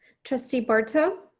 trustee barto.